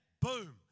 boom